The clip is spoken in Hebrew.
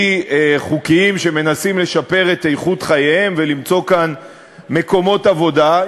חוקיים שמנסים לשפר את איכות חייהם ולמצוא כאן מקומות עבודה,